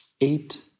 eight